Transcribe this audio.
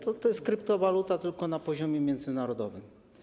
To jest kryptowaluta, tylko na poziomie międzynarodowym.